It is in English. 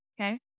Okay